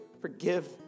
forgive